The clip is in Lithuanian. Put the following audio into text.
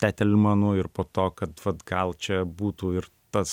tetelmanu ir po to kad vat gal čia būtų ir tas